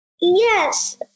Yes